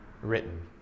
written